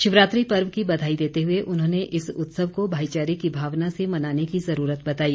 शिवरात्रि पर्व की बधाई देते हुए उन्होंने इस उत्सव को भाईचारे की भावना से मनाने की ज़रूरत बताई